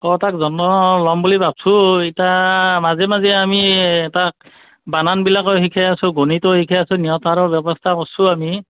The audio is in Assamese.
অ তাক যত্ন ল'ম বুলি ভাবিছোঁ এতিয়া মাজে মাজে আমি তাক বানান বিলাকো শিকাই আছোঁ গণিতো শিকাই আছোঁ নেওঁতাৰো ব্যৱস্থা কৰিছোঁ আমি